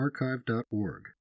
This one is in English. archive.org